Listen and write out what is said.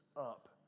up